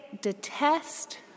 detest